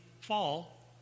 fall